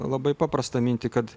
labai paprastą mintį kad